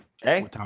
Hey